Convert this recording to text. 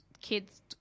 kid's